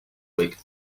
week